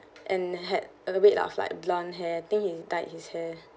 and had a little bit of like blonde hair think he dyed his hair